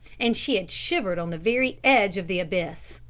and she had shivered on the very edge of the abyss.